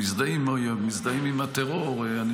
מזדהים עם האויב ומזדהים עם הטרור -- את הרי מבינה את חמאס,